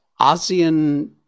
ASEAN